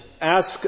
ask